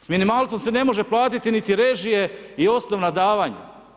S minimalcem se ne može platiti niti režije i osnovna davanja.